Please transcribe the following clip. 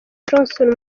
johnson